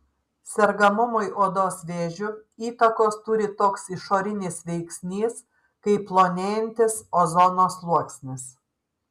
sergamumui odos vėžiu įtakos turi toks išorinis veiksnys kaip plonėjantis ozono sluoksnis